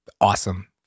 awesome